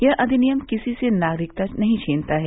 यह अविनियम किसी से नागरिकता नहीं छीनता है